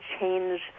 change